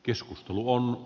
keskustelua